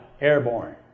airborne